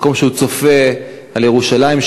מקום שהוא צופה על ירושלים.